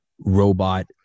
robot